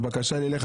בקשה לי אליך,